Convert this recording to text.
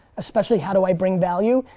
especially how do i bring value?